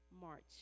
march